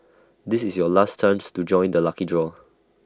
this is your last times to join the lucky draw